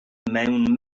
mewn